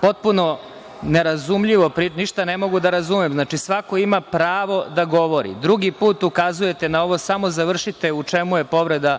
potpuno nerazumljivo, ništa ne mogu da razumem. Svako ima pravo da govori. Drugi put ukazujete na ovo, samo završite – u čemu je povreda,